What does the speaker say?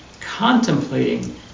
contemplating